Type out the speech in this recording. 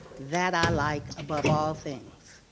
that, i like, above all things.